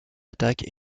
attaque